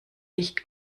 nicht